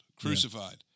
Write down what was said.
crucified